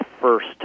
first